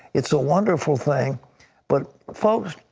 it is a wonderful thing but folks,